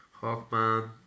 Hawkman